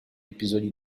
episodi